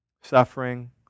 Suffering